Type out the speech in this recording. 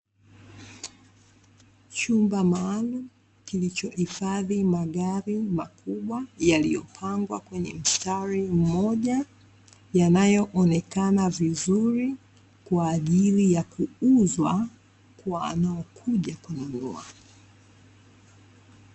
Chumba maalumu, kilichohifadhi magari makubwa, yaliyopangwa kwenye mstari mmoja, yanayoonekana vizuri, kwaajili ya kuuzwa kwa wanaokuja kununua.